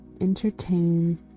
entertain